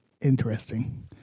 interesting